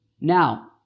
Now